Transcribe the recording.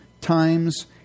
times